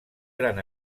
gran